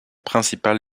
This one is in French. principal